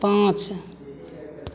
पाँच